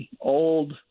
old